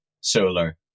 solar